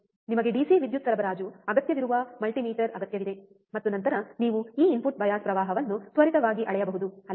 ನಿಮಗೆ ಡಿಸಿ ವಿದ್ಯುತ್ ಸರಬರಾಜು ಅಗತ್ಯವಿರುವ ಮಲ್ಟಿಮೀಟರ್ ಅಗತ್ಯವಿದೆ ಮತ್ತು ನಂತರ ನೀವು ಈ ಇನ್ಪುಟ್ ಬಯಾಸ್ ಪ್ರವಾಹವನ್ನು ತ್ವರಿತವಾಗಿ ಅಳೆಯಬಹುದು ಅಲ್ಲವೇ